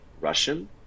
Russian